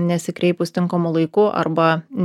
nesikreipus tinkamu laiku arba ne